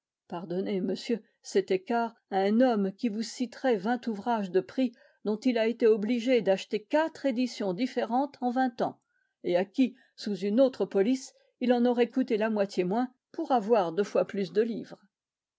pardonnez monsieur cet écart à un homme qui vous citerait vingt ouvrages de prix dont il a été obligé d'acheter quatre éditions différentes en vingt ans et à qui sous une autre police il en aurait coûté la moitié moins pour avoir deux fois plus de livres